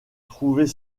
trouvez